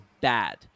bad